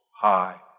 high